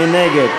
מי נגד?